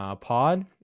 pod